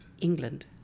England